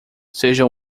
seja